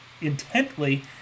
intently